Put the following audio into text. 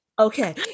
okay